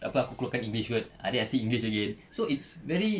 takpe aku keluarkan english word ah then I speak english again so it's very